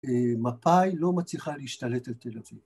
‫מפאי לא מצליחה להשתלט על תל אביב.